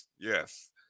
Yes